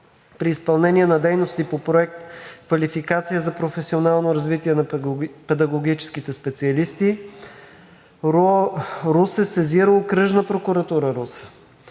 при изпълнение на дейности по Проект „Квалификация за професионално развитие на педагогическите специалисти“, РУО – Русе, сезира Окръжна прокуратура –